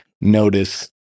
notice